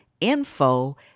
info